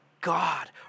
God